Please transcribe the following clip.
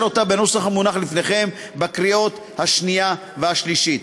אותה בנוסח המונח לפניכם בקריאות השנייה והשלישית.